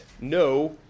no